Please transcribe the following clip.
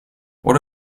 what